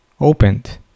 opened